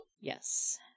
Yes